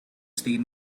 estiguin